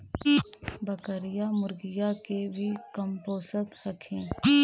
बकरीया, मुर्गीया के भी कमपोसत हखिन?